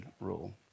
rule